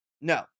no